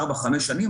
ארבע או חמש שנים.